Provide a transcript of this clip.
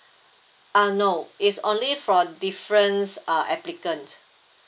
uh no it's only for different uh applicant